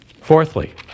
Fourthly